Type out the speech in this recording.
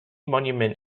monument